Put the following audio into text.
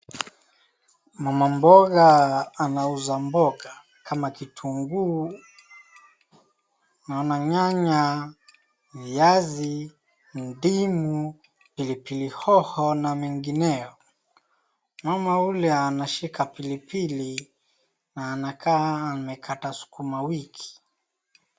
Mama mboga anauza mboga kama kitunguu, naona nyanya, viazi, ndimu, pilipili hoho na mengineyo. Mama ule anashika pilipili na anakaa amekata sukuma wiki.